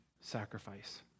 sacrifice